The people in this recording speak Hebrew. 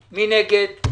להוריד את הרזרבה?